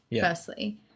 firstly